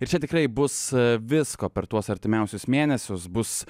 ir čia tikrai bus visko per tuos artimiausius mėnesius bus